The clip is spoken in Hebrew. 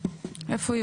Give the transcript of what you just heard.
איפה אתה